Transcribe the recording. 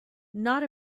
not